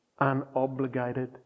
unobligated